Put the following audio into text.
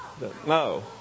No